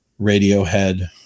Radiohead